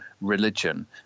religion